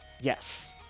Yes